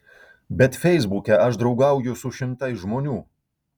bet feisbuke aš draugauju su šimtais žmonių